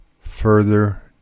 further